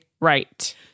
right